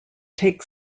take